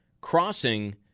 crossing